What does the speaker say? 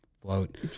float